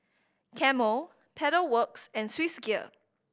Camel Pedal Works and Swissgear